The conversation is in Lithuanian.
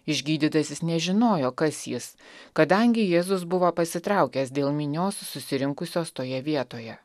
išgydytasis nežinojo kas jis kadangi jėzus buvo pasitraukęs dėl minios susirinkusios toje vietoje